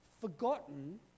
forgotten